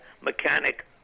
mechanic